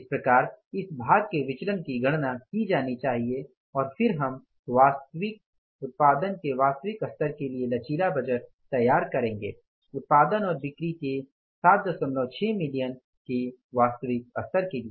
इस प्रकार इस भाग के विचलन की गणना की जानी है और फिर हम उत्पादन के वास्तविक स्तरके लिए लचीला बजट तैयार करेंगे उत्पादन और बिक्री के 76 मिलियन के वास्तविक स्तर के लिए